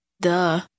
Duh